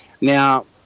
Now